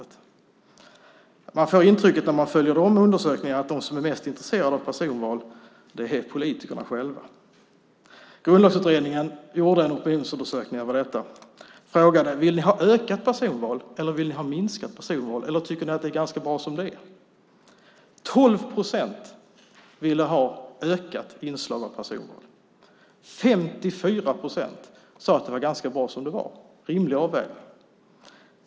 När man följer dessa undersökningar får man intrycket att de som är mest intresserade av personval är politikerna själva. Grundlagsutredningen gjorde en opinionsundersökning om detta. Man frågade: Vill ni ha ett ökat personval, eller vill ni ha ett minskat personval, eller tycker ni att det är ganska bra som det är? 12 procent ville ha ett ökat inslag av personval. 54 procent sade att det var ganska bra som det var och att det var en rimlig avvägning.